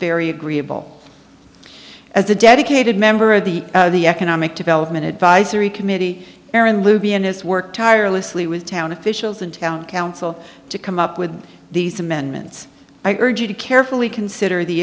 very agreeable as a dedicated member of the the economic development advisory committee aaron luby and has worked tirelessly with town officials in town council to come up with these amendments i urge you to carefully consider the